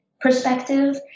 perspective